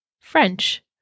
french